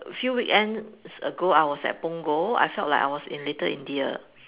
few weekends ago I was at Punggol I felt like I was in Little-India